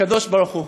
הקדוש-ברוך-הוא.